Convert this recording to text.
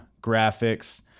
graphics